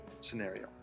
scenario